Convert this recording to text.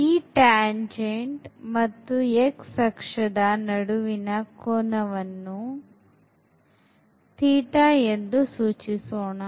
ಈ ಸ್ಪರ್ಶಕ ಮತ್ತು x ಅಕ್ಷದ ನಡುವಿನ ಕೋನವನ್ನು ಎಂದು ಸೂಚಿಸೋಣ